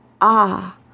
Ah